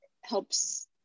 helps